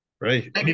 right